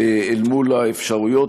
מול האפשרויות.